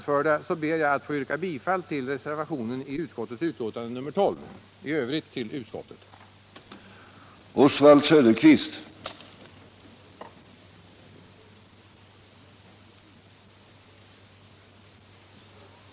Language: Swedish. omhändertagande Herr talman! Med det anförda ber jag att få yrka bifall till reservationen